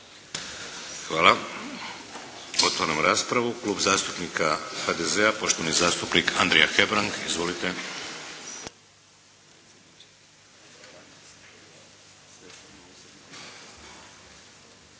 Hvala. Otvaram raspravu, Klub zastupnika HDZ-a poštovani zastupnik Andrija Hebrang. Izvolite.